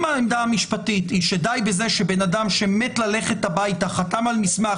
אם העמדה המשפטית היא שדי בזה שבן אדם שמת ללכת הביתה חתם על מסמך,